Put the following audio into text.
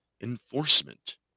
enforcement